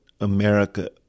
America